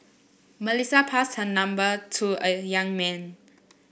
Melissa passed her number to the young man